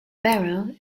barrow